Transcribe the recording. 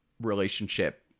relationship